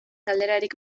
galderarik